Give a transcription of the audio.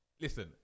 Listen